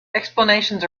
explanations